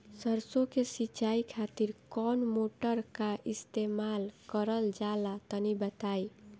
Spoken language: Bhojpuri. सरसो के सिंचाई खातिर कौन मोटर का इस्तेमाल करल जाला तनि बताई?